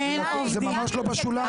זה בשוליים.